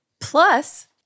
Plus